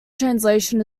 translation